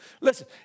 Listen